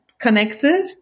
connected